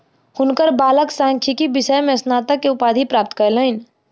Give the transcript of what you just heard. हुनकर बालक सांख्यिकी विषय में स्नातक के उपाधि प्राप्त कयलैन